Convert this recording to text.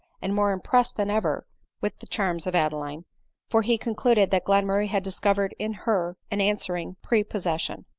and more impressed than ever with the charms of adeline for he concluded that glenmurray had discovered in her an answering prepossession.